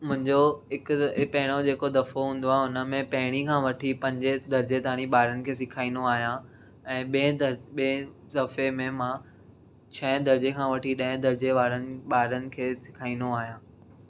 मुंहिंजो हिकु पहिरों जेको दफ़ो हूंदो आहे हुन में पहिरीं खां वठी पंजे दर्जे ताईं ॿारनि खे सेखारींदो आहियां ऐं ॿिए द ॿिए दफ़े में मां छहें दर्जे खां वठी ॾहें दर्जे वारनि ॿारनि खे सेखारींदो आहियां